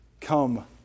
come